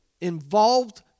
involved